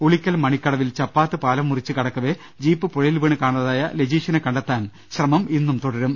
ഉളിക്കൽ മണിക്കടവിൽ ചപ്പാത്ത് പാലം മുറിച്ച് കടക്കവെ ജീപ്പ് പുഴയിൽ വീണ് കാണാതായ ലജീഷിനെ കണ്ടെത്താൻ ശ്രമം ഇന്നും തുടരും